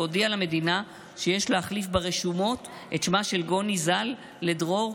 והודיע למדינה שיש להחליף ברשומות את שמה של גוני ז"ל ל"דרור",